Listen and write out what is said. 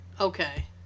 okay